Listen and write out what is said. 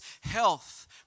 health